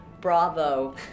bravo